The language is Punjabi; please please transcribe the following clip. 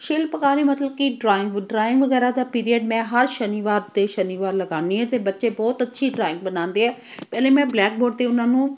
ਸ਼ਿਲਪਕਾਰੀ ਮਤਲਬ ਕਿ ਡਰਾਇੰਗ ਡਰਾਇੰਗ ਵਗੈਰਾ ਦਾ ਪੀਰੀਅਡ ਮੈਂ ਹਰ ਸ਼ਨੀਵਾਰ ਅਤੇ ਸ਼ਨੀਵਾਰ ਲਗਾਉਂਦੀ ਹਾਂ ਅਤੇ ਬੱਚੇ ਬਹੁਤ ਅੱਛੀ ਡਰਾਇੰਗ ਬਣਾਉਂਦੇ ਆ ਪਹਿਲੇ ਮੈਂ ਬਲੈਕ ਬੋਰਡ 'ਤੇ ਉਹਨਾਂ ਨੂੰ